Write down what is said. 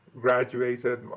graduated